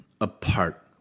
apart